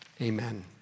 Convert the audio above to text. amen